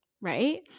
right